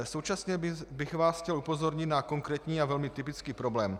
Současně bych vás chtěl upozornit na konkrétní a velmi typický problém.